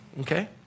okay